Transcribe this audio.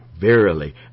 Verily